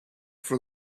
for